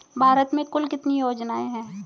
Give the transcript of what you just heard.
भारत में कुल कितनी योजनाएं हैं?